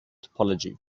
topology